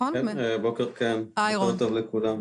בקור טוב לכולם,